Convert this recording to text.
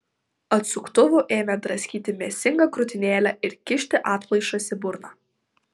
atsuktuvu ėmė draskyti mėsingą krūtinėlę ir kišti atplaišas į burną